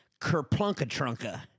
Kerplunkatrunka